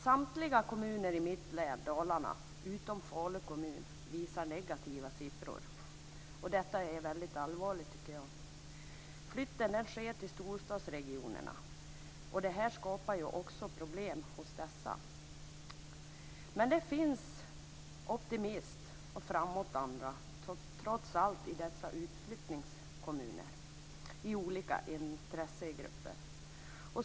Samtliga kommuner i mitt län, Dalarna, utom Falu kommun, visar negativa siffror. Detta är mycket allvarligt, tycker jag. Flytten sker till storstadsregionerna. Det skapar också problem hos dessa. Men det finns trots allt optimism och framåtanda i dessa utflyttningskommuner, i olika intressegrupper.